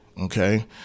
Okay